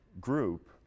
group